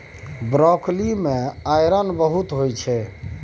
broccoli मे iron बहुत होइ छै